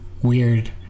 weird